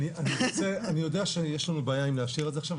אני יודע שיש לנו בעיה אם לאשר את זה עכשיו.